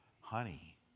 honey